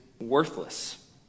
worthless